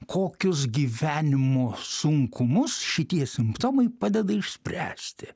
kokius gyvenimo sunkumus šitie simptomai padeda išspręsti